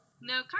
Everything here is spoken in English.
No